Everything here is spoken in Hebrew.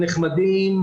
נחמדים,